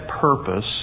purpose